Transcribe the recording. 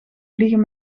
vliegen